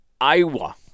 Iowa